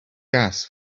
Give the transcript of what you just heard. gas